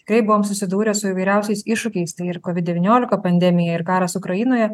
kai buvom susidūrę su įvairiausiais iššūkiais ir kovid devyniolika pandemija ir karas ukrainoje